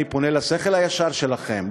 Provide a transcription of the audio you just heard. אני פונה לשכל הישר שלכם,